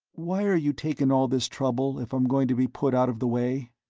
why are you taking all this trouble if i'm going to be put out of the way?